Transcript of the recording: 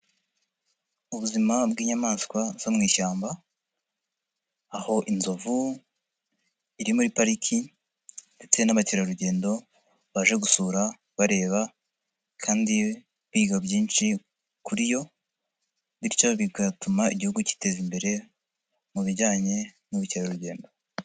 Ubuzima bw'inyamaswa zo mu ishyamba, aho inzovu iri muri pariki ndetse n'abakerarugendo, baje gusura bareba kandi kwiga byinshi kuri yo, bityo bigatuma igihugu giteza imbere mu bijyanye n'ubukerarugendo.